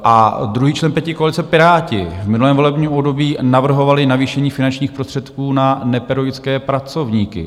A druhý člen pětikoalice, Piráti, v minulém volebním období navrhovali navýšení finančních prostředků na nepedagogické pracovníky.